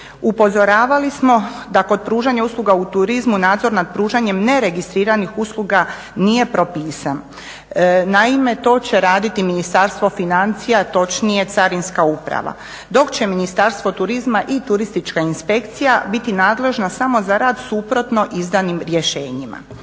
Upozoravali smo da kod pružanja usluga u turizmu nadzor nad pružanjem neregistriranih usluga nije propisan. Naime, to će raditi Ministarstvo financija, točnije Carinska uprava dok će Ministarstvo turizma i Turistička inspekcija biti nadležna samo za rad suprotno izdanim rješenjima.